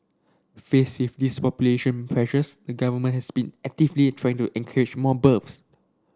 faced with these population pressures the Government has been actively trying to encourage more